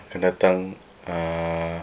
akan datang ah